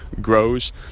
grows